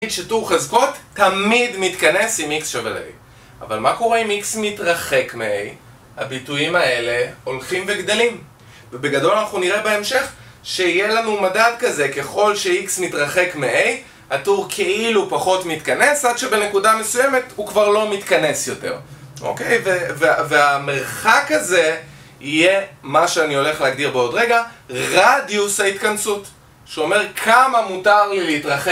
טור חזקות תמיד מתכנס עם x שווה ל-a אבל מה קורה אם x מתרחק מ-a? הביטויים האלה הולכים וגדלים, ובגדול אנחנו נראה בהמשך שיהיה לנו מדד כזה - ככל שx מתרחק מ-a הטור כאילו פחות מתכנס עד שבנקודה מסוימת הוא כבר לא מתכנס יותר, אוקי? והמרחק הזה יהיה מה שאני הולך להגדיר בעוד רגע רדיוס ההתכנסות שאומר כמה מותר לי להתרחק